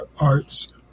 arts